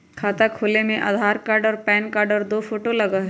खाता खोले में आधार कार्ड और पेन कार्ड और दो फोटो लगहई?